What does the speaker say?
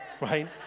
right